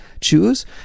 choose